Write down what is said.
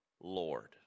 Lord